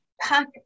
pack